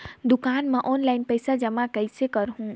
दुकान म ऑनलाइन पइसा जमा कइसे करहु?